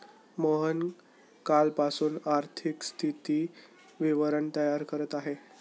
मोहन कालपासून आर्थिक स्थिती विवरण तयार करत आहे